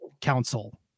council